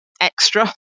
extra